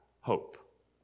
hope